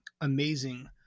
amazing